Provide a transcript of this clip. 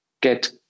get